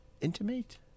Intimate